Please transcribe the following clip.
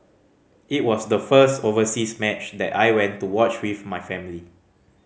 it was the first overseas match that I went to watch with my family